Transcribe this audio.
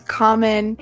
common